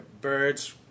birds